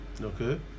Okay